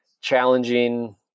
challenging